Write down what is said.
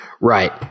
Right